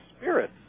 spirit